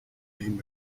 named